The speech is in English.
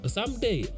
Someday